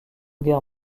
guerre